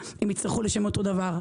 התפרסמה הרפורמה.